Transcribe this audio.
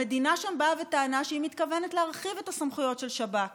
המדינה שם באה וטענה שהיא מתכוונת להרחיב את הסמכויות של שב"כ